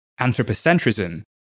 anthropocentrism